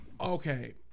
Okay